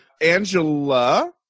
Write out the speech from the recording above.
Angela